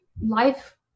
life